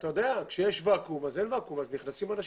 כשיש ואקום, נכנסים אנשים.